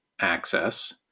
access